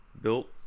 built